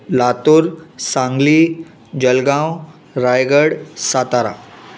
Latur Sangli Jalgaon Raigad Satara